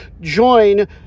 Join